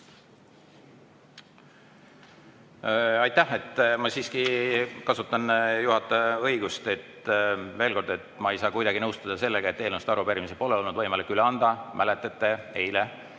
Aitäh! Ma siiski kasutan juhataja õigust, veel kord: ma ei saa kuidagi nõustuda sellega, et eelnõusid ja arupärimisi pole olnud võimalik üle anda. Mäletate, eile